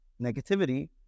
negativity